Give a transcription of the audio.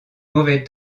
mauvais